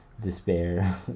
despair